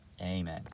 Amen